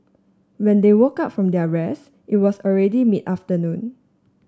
when they woke up from their rest it was already mid afternoon